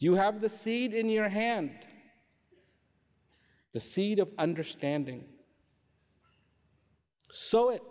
you have the seed in your hand the seed of understanding so it